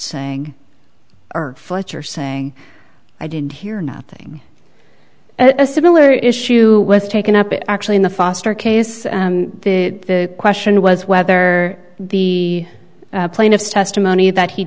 saying fletcher saying i didn't hear nothing at a similar issue was taken up actually in the foster case the question was whether the plaintiff's testimony that he